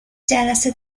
جلسه